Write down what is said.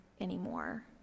anymore